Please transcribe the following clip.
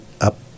up